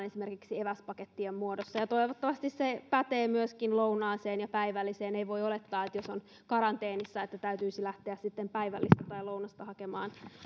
esimerkiksi eväspakettien muodossa ja toivottavasti se pätee myöskin lounaaseen ja päivälliseen ei voida olettaa että jos on karanteenissa täytyisi sitten lähteä päivällistä tai lounasta hakemaan